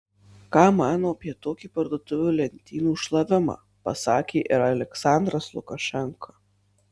ką mano apie tokį parduotuvių lentynų šlavimą pasakė ir aliaksandras lukašenka